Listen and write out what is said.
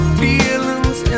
feelings